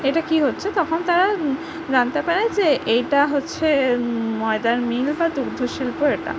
এটা কী হচ্ছে তখন তারা জানতে পারে যে এইটা হচ্ছে ময়দার মিল বা দুগ্ধ শিল্প এটা